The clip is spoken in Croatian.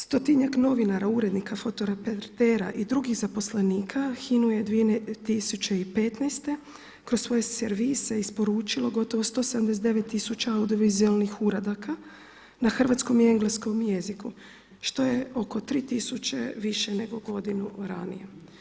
Stotinjak novinara, urednika, fotoreportera i drugih zaposlenika HINA-u je 2015. kroz svoje servise isporučilo gotovo 179 tisuća audiovizualnih uradaka na hrvatskom i engleskom jeziku, što je oko tri tisuće više nego godinu ranije.